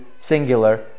singular